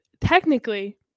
technically